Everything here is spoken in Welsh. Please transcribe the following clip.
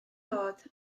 dod